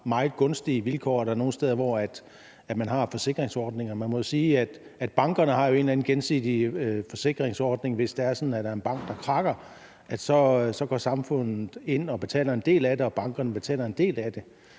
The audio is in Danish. meget gunstige vilkår, og om der er nogle steder, hvor man har forsikringsordninger, og man må sige, at bankerne jo har en eller anden gensidig forsikringsordning. Hvis det er sådan, at en bank krakker, går samfundet ind og betaler en del af det, og bankerne betaler en del af det.